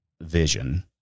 vision